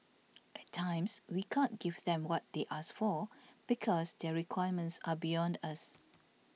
at times we can't give them what they ask for because their requirements are beyond us